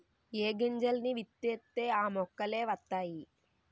ఏ గింజల్ని విత్తితే ఆ మొక్కలే వతైయి